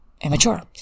immature